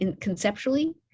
conceptually